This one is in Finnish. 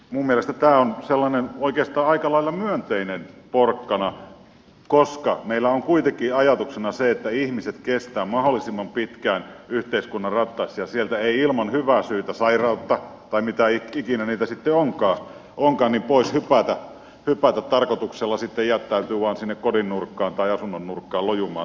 minun mielestäni tämä on sellainen oikeastaan aika lailla myönteinen porkkana koska meillä on kuitenkin ajatuksena se että ihmiset kestävät mahdollisimman pitkään yhteiskunnan rattaissa ja sieltä ei ilman hyvää syytä sairautta tai mitä ikinä niitä sitten onkaan pois hypätä ja tarkoituksella sitten jättäydytä vain sinne kodin nurkkaan tai asunnon nurkkaan lojumaan